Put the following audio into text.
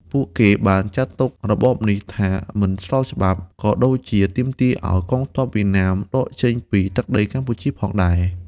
ពួកគេបានចាត់ទុករបបនេះថាមិនស្របច្បាប់ ក៏ដូចជាទាមទារឱ្យកងទ័ពវៀតណាមដកចេញពីទឹកដីកម្ពុជាផងដែរ។